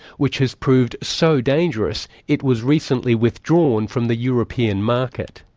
which has proved so dangerous it was recently withdrawn from the european market.